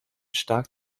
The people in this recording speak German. stark